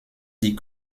dit